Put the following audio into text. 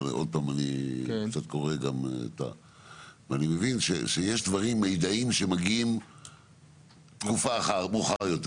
אבל אני קורא ומבין שיש מידע שמגיע מאוחר יותר,